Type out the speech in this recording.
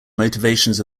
motivations